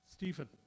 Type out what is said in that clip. Stephen